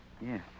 Yes